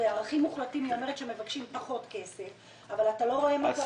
בערכים מוחלטים היא אומרת שמבקשים פחות כסף אבל אנחנו לא רואים את זה.